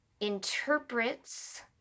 interprets